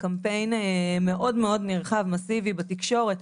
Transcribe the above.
בקמפיין מאוד מאוד נרחב ומסיבי בתקשורת.